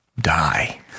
die